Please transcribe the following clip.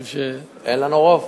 אין לנו רוב?